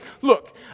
look